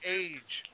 age